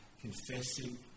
confessing